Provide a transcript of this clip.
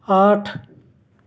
آٹھ